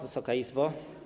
Wysoka Izbo!